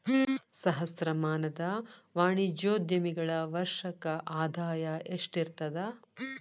ಸಹಸ್ರಮಾನದ ವಾಣಿಜ್ಯೋದ್ಯಮಿಗಳ ವರ್ಷಕ್ಕ ಆದಾಯ ಎಷ್ಟಿರತದ